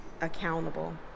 accountable